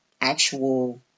actual